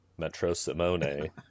Metrosimone